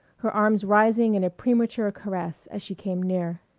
her arms rising in a premature caress as she came near.